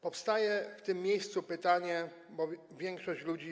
Powstaje w tym miejscu pytanie, bo większość ludzi.